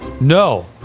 No